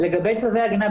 לגבי צווי הגנה.